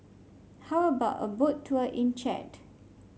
how about a Boat Tour in Chad